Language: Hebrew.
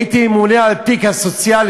כי הייתי ממונה על התיק הסוציאלי,